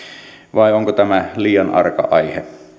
vai onko tämä liian arka aihe